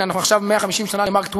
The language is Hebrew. הנה, אנחנו עכשיו 150 שנה למארק טוויין,